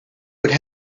would